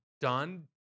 done